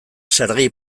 serguei